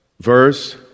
verse